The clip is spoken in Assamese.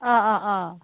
অঁ অঁ অঁ